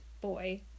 boy